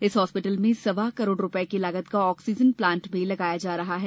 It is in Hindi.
इस हॉस्पिटल में सवा करोड़ रुपए की लागत का ऑक्सीजन प्लांट भी लगाया जा रहा है